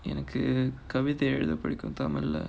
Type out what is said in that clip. எனக்கு கவிதை எழுத பிடிக்கும்:enakku kavithai elutha pidikkum tamil leh